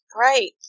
right